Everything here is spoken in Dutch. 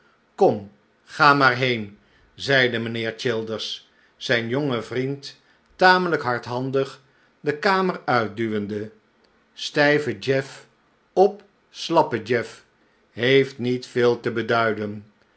kom ga maar heen zeide mijnheer childers zijn jongen vriend tamelijk hardhandig de kamer uitduwende stijve jeff of slappe jeff heeft niet veel te beduiden